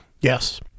Yes